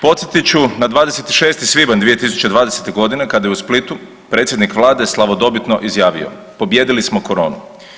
Podsjetit ću na 26. svibanj 2020.g. kada je u Splitu predsjednik vlade slavodobitno izjavio, pobijedili smo koronu.